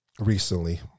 recently